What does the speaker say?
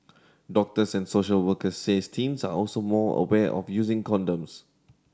doctors and social workers says teens are also more aware of using condoms